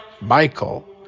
Michael